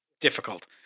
difficult